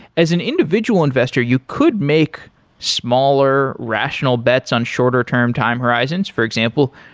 as an individual investor, you could make smaller rational bets on shorter term time horizons. for example,